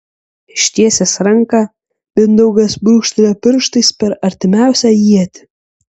ištiesęs ranką mindaugas brūkštelėjo pirštais per artimiausią ietį